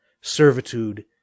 servitude